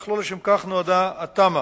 אך לא לכך נועדה התמ"א,